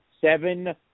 seven